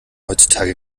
heutzutage